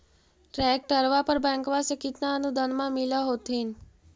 ट्रैक्टरबा पर बैंकबा से कितना अनुदन्मा मिल होत्थिन?